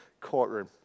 courtroom